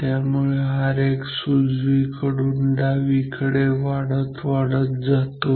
त्यामुळे Rx उजवीकडून डावीकडे वाढत वाढत जातो